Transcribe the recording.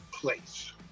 place